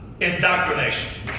indoctrination